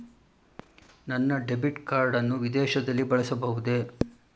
ನನ್ನ debit card ಅನ್ನು ವಿದೇಶದಲ್ಲಿ ಬಳಸಬಹುದೇ?